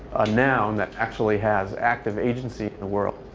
a noun that actually has active agency in the world,